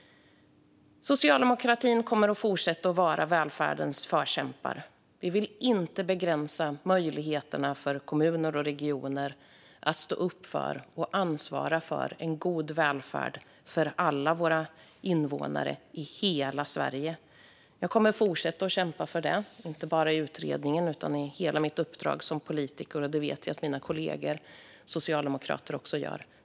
Socialdemokraterna kommer att fortsätta att vara välfärdens förkämpar. Vi vill inte begränsa möjligheterna för kommuner och regioner att stå upp för och ansvara för en god välfärd för alla invånare i hela Sverige. Jag kommer att fortsätta att kämpa för detta, inte bara i utredningen utan i hela mitt uppdrag som politiker, och jag vet att mina socialdemokratiska kollegor kommer att göra detsamma.